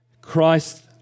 Christ